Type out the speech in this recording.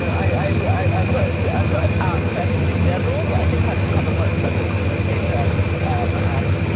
i i am not yeah am not an app person in general, but i think i've become a much better communicator and,